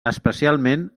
especialment